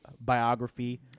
biography